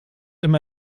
immer